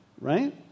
right